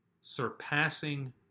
Surpassing